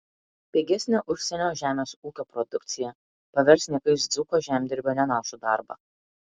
pigesnė užsienio žemės ūkio produkcija pavers niekais dzūko žemdirbio nenašų darbą